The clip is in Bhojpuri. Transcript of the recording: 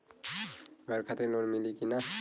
घर खातिर लोन मिली कि ना?